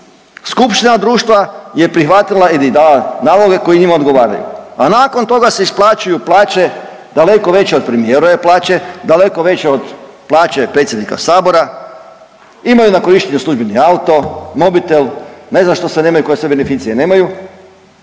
skupština društva je prihvatila ili dala naloge koji njima odgovaraju, a nakon toga se isplaćuju plaće daleko veće od premijerove plaće, daleko veće od plaće predsjednika sabora, imaju na korištenju službeni auto, mobitel, ne znam što sve nemaju, koje sve beneficije nemaju,